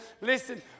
Listen